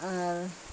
আর